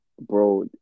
bro